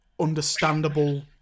understandable